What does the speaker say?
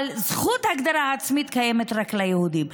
אבל זכות הגדרה עצמית קיימת רק ליהודים,